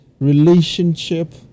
relationship